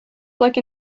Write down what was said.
like